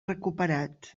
recuperat